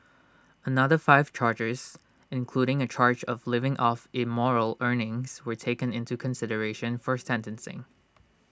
another five charges including A charge of living off immoral earnings were taken into consideration for sentencing